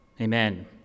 Amen